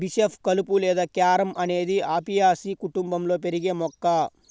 bishop కలుపు లేదా carom అనేది అపియాసి కుటుంబంలో పెరిగే మొక్క